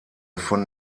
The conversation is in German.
von